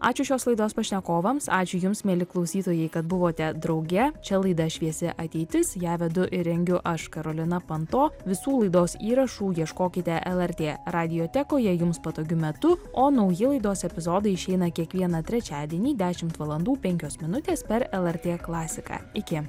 ačiū šios laidos pašnekovams ačiū jums mieli klausytojai kad buvote drauge čia laida šviesi ateitis ją vedu ir rengiu aš karolina panto visų laidos įrašų ieškokite lrt radiotekoje jums patogiu metu o nauji laidos epizodai išeina kiekvieną trečiadienį dešimt valandų penkios minutės per lrt klasiką iki